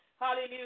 Hallelujah